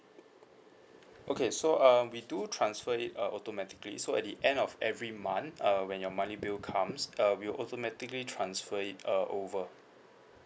okay so uh we do transfer it uh automatically so at the end of every month uh when your money bill comes uh we'll automatically transfer it uh over